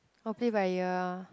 oh play by ear